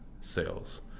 sales